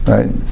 Right